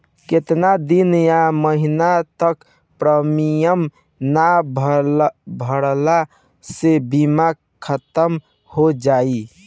केतना दिन या महीना तक प्रीमियम ना भरला से बीमा ख़तम हो जायी?